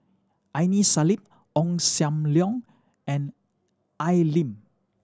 Aini Salim Ong Sam Leong and Al Lim